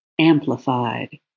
amplified